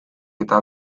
eta